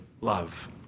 love